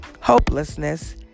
hopelessness